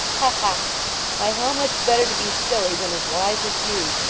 ha ha! why, how much better to be silly, than as wise as you!